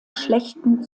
schlechten